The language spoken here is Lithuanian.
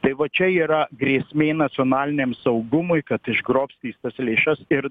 tai va čia yra grėsmė nacionaliniam saugumui kad išgrobstys tas lėšas ir